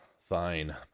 Fine